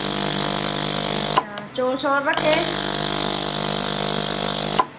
आं अच्छा चौल रक्खे दे